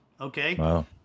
Okay